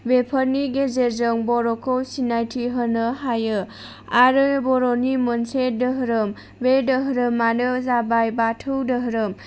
बेफोरनि गेजेरजों बर'खौ सिनायथि होनो हायो आरो बर'नि मोनसे धोरोम बे धोरोमानो जाबाय बाथौ धोरोम